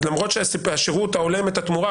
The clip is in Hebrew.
למרות שהשירות ההולם את התמורה,